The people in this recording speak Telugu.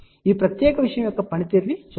ఈ ప్రత్యేకమైన విషయం యొక్క పనితీరును చూద్దాం